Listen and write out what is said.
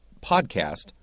podcast